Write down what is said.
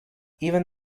even